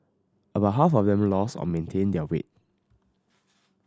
about half of them lost or maintained their weight